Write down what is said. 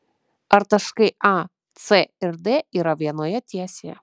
ar taškai a c ir d yra vienoje tiesėje